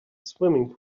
swimming